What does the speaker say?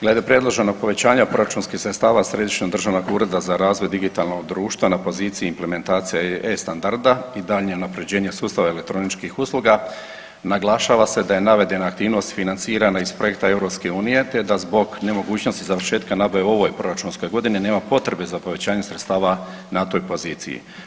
Glede predloženog povećanja proračunskih sredstava Središnjeg državnog ureda za razvoj digitalnog društva na poziciji implementacija EE standarda i daljnje unapređenje sustava elektroničkih usluga, naglašava se da je navedena aktivnost financirana iz projekta Europske unije, te da zbog nemogućnosti završetka nabave u ovoj proračunskoj godini, nema potrebe za povećanje sredstava na toj poziciji.